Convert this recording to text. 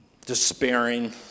despairing